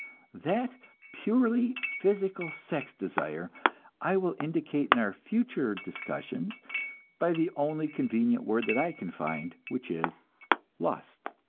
that purely physical sex desire i will indicate in our future discussions by the only convenient word that i can find, which is lust.